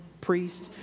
priest